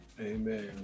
amen